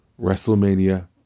WrestleMania